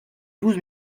douze